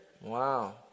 Wow